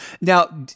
Now